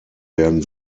werden